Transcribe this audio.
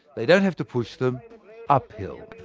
they don't have to push them uphill.